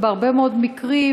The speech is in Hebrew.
בהרבה מאוד מקרים,